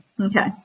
Okay